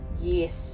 Yes